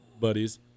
buddies